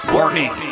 Warning